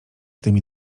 tymi